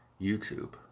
YouTube